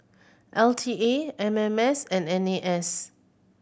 L T A M M S and N A S